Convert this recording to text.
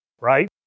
right